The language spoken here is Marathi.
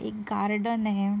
एक गार्डन आहे